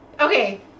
okay